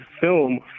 film